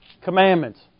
commandments